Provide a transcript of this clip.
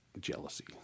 jealousy